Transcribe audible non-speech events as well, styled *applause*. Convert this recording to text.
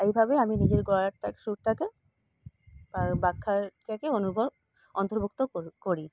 এইভাবে আমি নিজের গলাটা সুরটাকে *unintelligible* থেকে অনুর্বর অন্তর্ভুক্ত করি